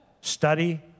Study